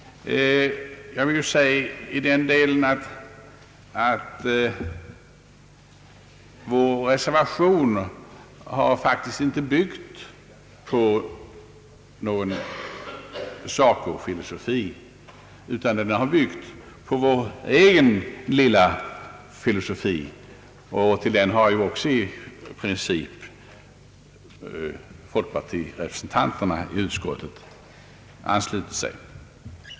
Jag vill säga att vår reservation faktiskt inte byggt på någon SACO-filosofi utan på vår egen lilla filosofi, och till den har också i princip folkpartirepresentanterna i utskottet anslutit sig.